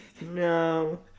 no